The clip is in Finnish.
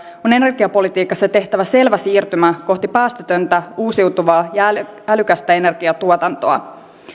on energiapolitiikassa tehtävä selvä siirtymä kohti päästötöntä uusiutuvaa ja älykästä energiatuotantoa